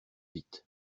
vite